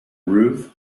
ruth